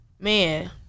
man